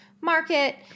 market